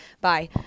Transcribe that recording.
bye